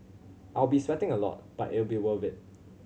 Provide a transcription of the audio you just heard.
I'll be sweating a lot but it'll be worth it